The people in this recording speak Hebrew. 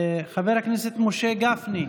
חבר הכנסת משה גפני,